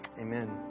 Amen